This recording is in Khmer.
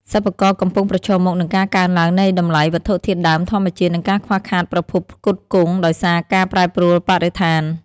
សិប្បករកំពុងប្រឈមមុខនឹងការកើនឡើងនៃតម្លៃវត្ថុធាតុដើមធម្មជាតិ និងការខ្វះខាតប្រភពផ្គត់ផ្គង់ដោយសារការប្រែប្រួលបរិស្ថាន។